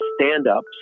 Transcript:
stand-up